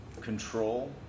control